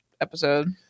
episode